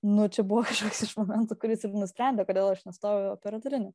nu čia buvo kažkoks iš momentų kuris ir nusprendė kodėl aš nestojau į operatorinį